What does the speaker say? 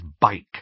bike